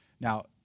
Now